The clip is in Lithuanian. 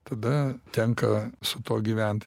tada tenka su tuo gyvent